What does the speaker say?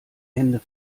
hände